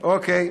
אוקיי.